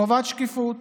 חובת שקיפות